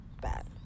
bad